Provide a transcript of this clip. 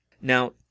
Now